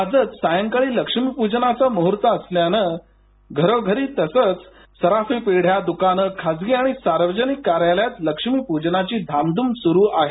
आजच सायंकाळी लक्ष्मीपूजनाचा मुहूर्त असल्यानं घरोघरी तसंच सराफी पेढ्यादुकानंखासगी आणि सार्वजनिक कार्यालयांत लक्ष्मीपूजनाची धामधूम सुरू आहे